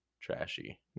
trashy